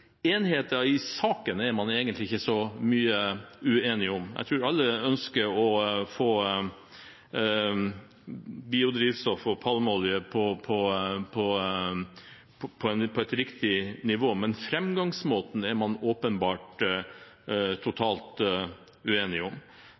man egentlig ikke er så uenige i sak, jeg tror alle ønsker å få biodrivstoff og palmeolje på et riktig nivå, men framgangsmåten er man åpenbart